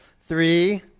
Three